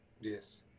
Yes